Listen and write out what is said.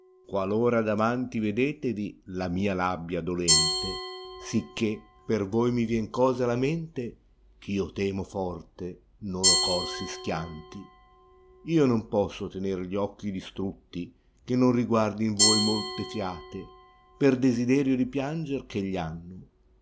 qualora davanti vedetevi la mia labbia dolente sicché per voi mi vien cose alle mente chio temo forte no lo cor si schianti io non posso tener gli occhi distrutti che non rìguardin voi molte fiate per desiderio di pianger eh egli hanno